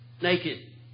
naked